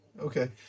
Okay